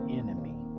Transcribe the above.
enemy